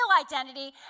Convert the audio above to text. identity